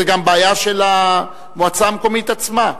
זה גם בעיה של המועצה המקומית עצמה.